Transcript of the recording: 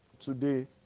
today